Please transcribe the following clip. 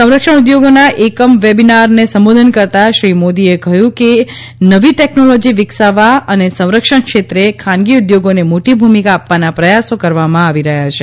સંરક્ષણ ઉદ્યોગોના એક વેબિનારને સંબોધન કરતાં શ્રી મોદીએ કહ્યું કે નવી ટેકનોલોજી વિકસાવવા અને સંરક્ષણ ક્ષેત્રે ખાનગી ઉદ્યોગોને મોટી ભૂમિકા આપવાના પ્રયાસો કરવામાં આવી રહ્યા છે